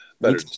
better